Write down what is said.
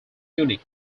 unique